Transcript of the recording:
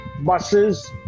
Buses